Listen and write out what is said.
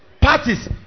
Parties